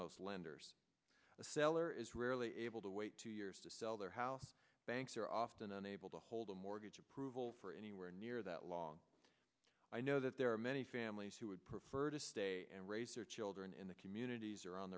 most lenders the seller is rarely able to wait two years to sell their house banks are often unable to hold a mortgage approval for anywhere near that long i know that there are many families who would prefer to stay and raise their children in the communities